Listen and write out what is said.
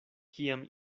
kiam